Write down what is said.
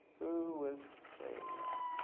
who was saying